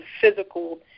physical